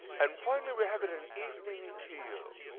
and finally we have it in evening teal.